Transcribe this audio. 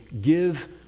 give